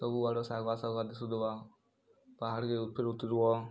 ସବୁ ଆଡେ ଶାଗୁଆ ଶାଗୁଆ ଦିଶୁଥିବା ପାହାଡ଼୍କେ ଫେର୍ ଉତ୍ରୁବ